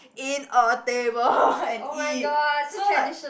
in a table and eat so like